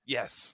Yes